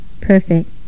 perfect